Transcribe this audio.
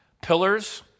Pillars